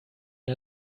der